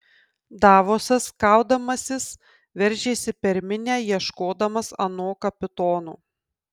davosas kaudamasis veržėsi per minią ieškodamas ano kapitono